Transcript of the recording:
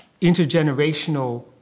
intergenerational